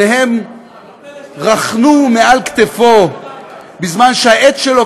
שניהם רכנו מעל כתפו בזמן שהעט שלו